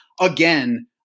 again